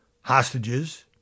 hostages